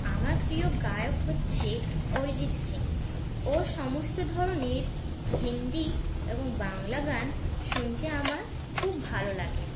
আমার প্রিয় গায়ক হচ্ছে অরিজিৎ সিং ওর সমস্ত ধরনের হিন্দি এবং বাংলা গান শুনতে আমার খুব ভালো লাগে